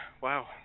Wow